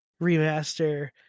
remaster